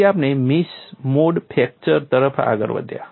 પછી આપણે mix mode fracture તરફ આગળ વધ્યા